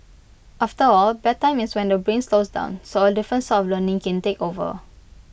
after all bedtime is when the brain slows down so A different sort of learning can take over